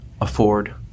afford